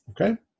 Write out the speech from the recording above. Okay